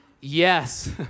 Yes